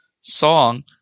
Song